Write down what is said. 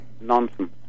nonsense